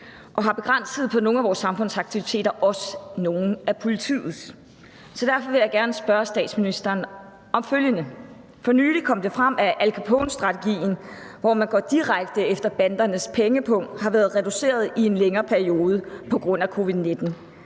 det har begrænset nogle af vores samfundsaktiviteter, også nogle af politiets. Så derfor vil jeg gerne spørge statsministeren om følgende: For nylig kom det frem, at Al Capone-strategien, hvor man går direkte efter bandernes pengepung, har været reduceret i en længere periode på grund af covid-19.